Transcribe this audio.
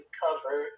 cover